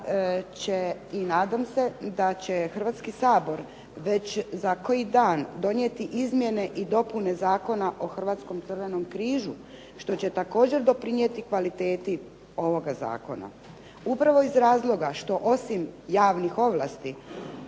i nadam se, da će Hrvatski sabor već za koji dan donijeti izmjene i dopune Zakona o Hrvatskom crvenom križu što će također doprinijeti kvaliteti ovoga zakona. Upravo iz razloga što osim javnih ovlasti